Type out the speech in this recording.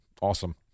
Awesome